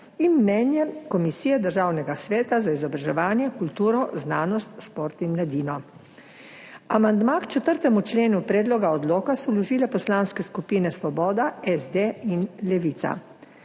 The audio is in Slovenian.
in Mnenjem Komisije Državnega sveta za izobraževanje, kulturo, znanost, šport in mladino. Amandma k 4. členu predloga odloka so vložile poslanske skupine Svoboda, SD in Levica.